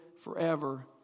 forever